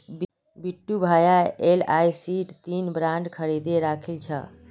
बिट्टू भाया एलआईसीर तीन बॉन्ड खरीदे राखिल छ